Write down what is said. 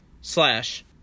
slash